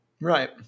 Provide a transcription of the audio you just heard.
Right